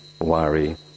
worry